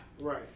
Right